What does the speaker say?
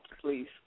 please